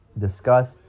discuss